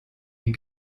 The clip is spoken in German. die